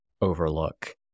overlook